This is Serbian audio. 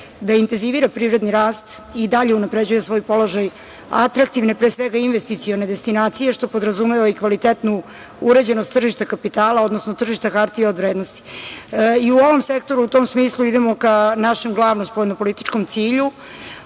da intenzivira privredni rast i dalje unapređuje svoj položaj atraktivne i pre svega investicione destinacije, što podrazumeva i kvalitetnu uređenost tržišta kapitala odnosno tržišta hartija od vrednosti. I u ovom sektoru u tom smislu idemo ka našem glavnom spoljnopolitičkom cilju,